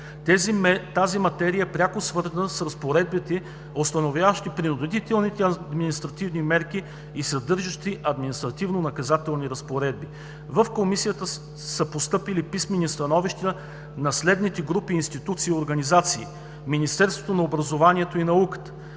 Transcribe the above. Тази материя е пряко свързана с разпоредбите, установяващи принудителните административни мерки и съдържащи административнонаказателните разпоредби. В Комисията са постъпили писмени становища на следните групи институции и организации: Министерството на образованието и науката,